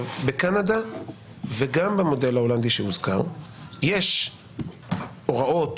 בקנדה וגם במודל ההולנדי שהוזכר יש הוראות